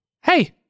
Hey